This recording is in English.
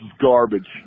garbage